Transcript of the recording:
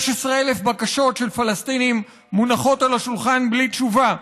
16,000 בקשות של פלסטינים מונחות על השולחן בלי תשובה.